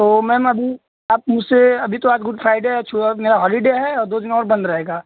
तो मैम अभी आप मुझसे अभी तो आज गुड फ्राइडे है मेरा हॉलिडे है और दो दिन और बंद रहेगा